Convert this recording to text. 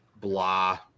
blah